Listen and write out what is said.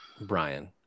Brian